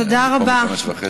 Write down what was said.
תודה רבה.